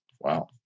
Wow